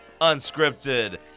Unscripted